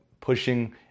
pushing